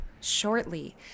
shortly